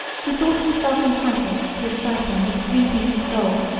he thought himself entitled to a stipend of three pieces of gold,